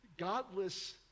Godless